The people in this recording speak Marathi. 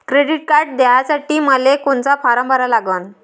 क्रेडिट कार्ड घ्यासाठी मले कोनचा फारम भरा लागन?